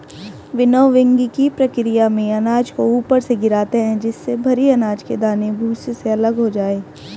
विनोविंगकी प्रकिया में अनाज को ऊपर से गिराते है जिससे भरी अनाज के दाने भूसे से अलग हो जाए